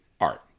art